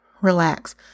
relax